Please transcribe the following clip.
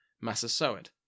Massasoit